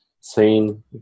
seen